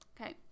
Okay